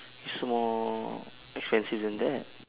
is more expensive than that